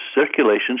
circulation